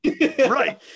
Right